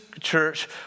Church